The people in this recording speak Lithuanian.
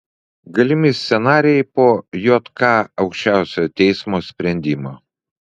galimi scenarijai po jk aukščiausiojo teismo sprendimo